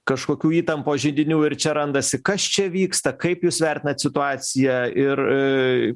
kažkokių įtampos židinių ir čia randasi kas čia vyksta kaip jūs vertinat situaciją ir